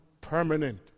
permanent